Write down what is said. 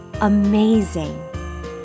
amazing